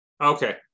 Okay